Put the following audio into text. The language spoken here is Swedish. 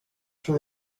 som